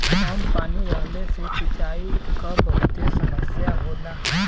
कम पानी रहले से सिंचाई क बहुते समस्या होला